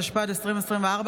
התשפ"ד 2024,